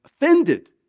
offended